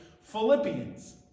Philippians